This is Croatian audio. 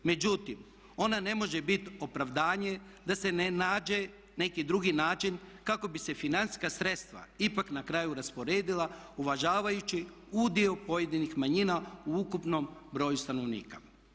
Međutim, ona ne može biti opravdanje da se ne nađe neki drugi način kako bi se financijska sredstva ipak na kraju rasporedila uvažavajući udio pojedinih manjina u ukupnom broju stanovnika.